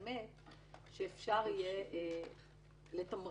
כי יכול להיות מצב שנחקר